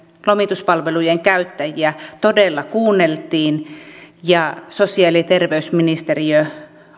lomituspalvelujen käyttäjiä todella kuunneltiin ja sosiaali ja terveysministeriö